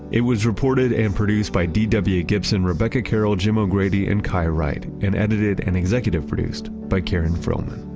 it was reported and produced by dw gibson, rebecca carroll, jim o'grady, and kai wright, and edited and executive produced by karen frillmann.